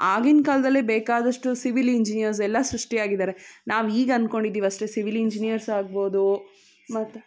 ಆಗಿನ ಕಾಲದಲ್ಲೇ ಬೇಕಾದಷ್ಟು ಸಿವಿಲ್ ಇಂಜಿನಿಯರ್ಸ್ ಎಲ್ಲ ಸೃಷ್ಟಿಯಾಗಿದ್ದಾರೆ ನಾವು ಈಗ ಅನ್ಕೊಂಡಿದ್ದೀವಿ ಅಷ್ಟೆ ಸಿವಿಲ್ ಇಂಜಿನಿಯರ್ಸ್ ಆಗ್ಬೋದು ಮತ್ತು